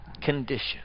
condition